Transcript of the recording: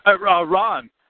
Ron